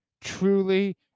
truly